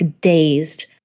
dazed